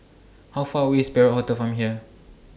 How Far away IS Perak Hotel from here